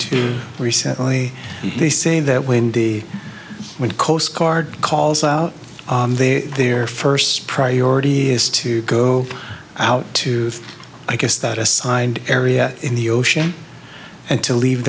to recently they say that when the coast guard calls out there their first priority is to go out to i guess that assigned area in the ocean and to leave